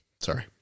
sorry